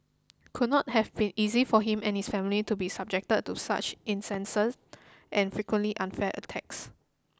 could not have been easy for him and his family to be subjected to such incessant and frequently unfair attacks